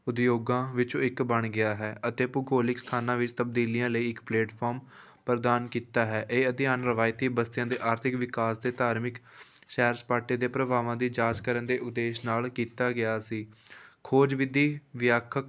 ਉਦਯੋਗਾਂ ਵਿੱਚੋਂ ਇੱਕ ਬਣ ਗਿਆ ਹੈ ਅਤੇ ਭੂਗੋਲਿਕ ਸਥਾਨਾਂ ਵਿੱਚ ਤਬਦੀਲੀਆਂ ਲਈ ਇੱਕ ਪਲੇਟਫੋਰਮ ਪ੍ਰਦਾਨ ਕੀਤਾ ਹੈ ਇਹ ਅਧਿਐਨ ਰਵਾਇਤੀ ਬਸਤੀਆਂ ਦੇ ਆਰਥਿਕ ਵਿਕਾਸ ਅਤੇ ਧਾਰਮਿਕ ਸੈਰ ਸਪਾਟੇ ਦੇ ਪ੍ਰਭਾਵਾਂ ਦੀ ਜਾਂਚ ਕਰਨ ਦੇ ਉਦੇਸ਼ ਨਾਲ ਕੀਤਾ ਗਿਆ ਸੀ ਖੋਜ ਵਿਧੀ ਵਿਆਖਕ